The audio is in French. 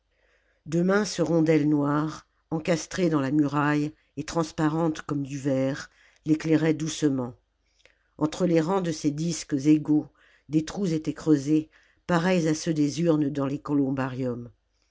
minces rondelles noires encastrées dans la muraille et transparentes comme du verre l'éclairaient doucement entre les rangs de ces disques égaux des trous étaient creusés pareils à ceux des urnes dans les columbariums